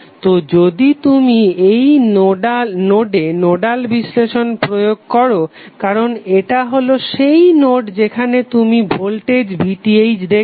তো যদি তুমি এই নোডে নোডাল বিশ্লেষণ প্রয়োগ করো কারণ এটা হলো সেই নোড যেখানে তুমি ভোল্টেজ VTh দেখছো